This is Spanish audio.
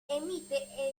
emite